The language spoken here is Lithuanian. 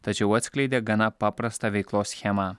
tačiau atskleidė gana paprastą veiklos schemą